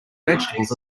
vegetables